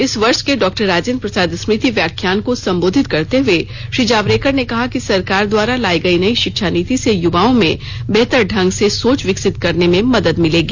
इस वर्ष के डॉ राजेंद्र प्रसाद स्मृति व्याख्यान को सम्बोधित करते हुए श्री जावड़ेकर ने कहा कि सरकार द्वारा लाई गयी नयी शिक्षा नीति से युवाओं में बेहतर ढंग से सोच विकसित करने में मदद मिलेगी